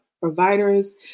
providers